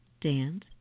dance